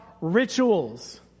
rituals